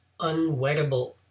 unwettable